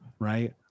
Right